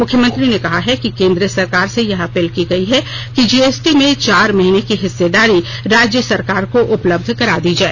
मुख्यमंत्री ने कहा है कि केन्द्र सरकार से यह अपील की गयी है कि जीएसटी में चार महीने की हिस्सेदारी राज्य सरकार को उपलब्ध करा दी जाए